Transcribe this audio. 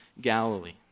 Galilee